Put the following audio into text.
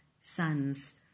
sons